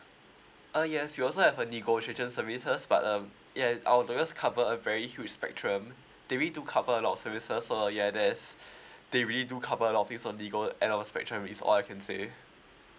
uh yes we also have a negotiation services but um yeuh it I'll just cover a very huge spectrum they do cover a lot of services so uh yeuh there's they really do couple a lot of nego and a lot spectrum is all I can say